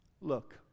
Look